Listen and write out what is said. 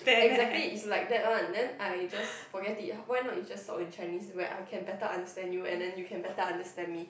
exactly is like that one then I just forget it why not you just talk in Chinese where I can better understand you and then you can better understand me